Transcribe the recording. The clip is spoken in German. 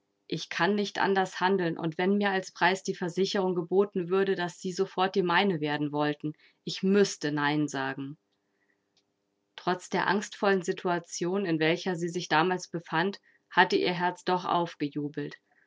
ich kann nicht anders handeln und wenn mir als preis die versicherung geboten würde daß sie sofort die meine werden wollten ich müßte nein sagen trotz der angstvollen situation in welcher sie sich damals befand hatte ihr herz doch aufgejubelt